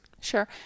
Sure